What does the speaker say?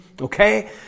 okay